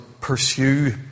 pursue